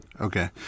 Okay